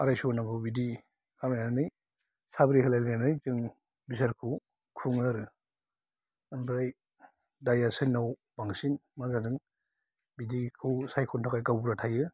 आरायस होनांगौ बिदि मानिनानै साब्रि होलायनांगौ बिदि जों बिसारखौ खुङो आरो ओमफ्राय दाया सोरनाव बांसिन मा जादों बिदिखौ सायख'नो थाखाय गावबुरा थायो